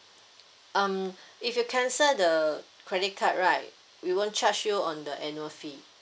um if you cancel the credit card right we won't charge you on the annual fee